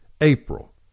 April